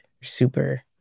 super